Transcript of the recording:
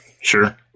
Sure